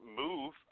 move